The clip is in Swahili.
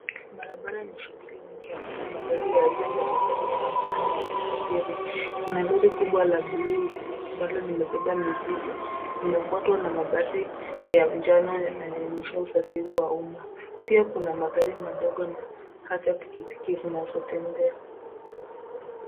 Barabara yenye shughuli nyingi ambapo magari ya aina mbalimbali yanaonekana yakisafiri, kuna lori kubwa la blue , ambalo limebeba mizigo, linafuatwa na mabasi ya njano ambayo yanaonyesha usafiri wa umma . Pia kuna magari madogo na hata pikipiki zinazotembea.